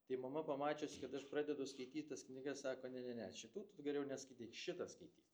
tai mama pamačius kad aš pradedu skaityt tas knygas sako ne ne ne šitų tu geriau neskaityk šitą skaityk